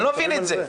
אני לא מבין את זה.